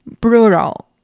brutal